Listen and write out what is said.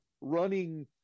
running